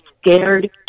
scared